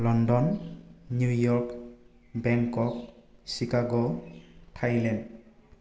London New York Bangkok Chicago Thailand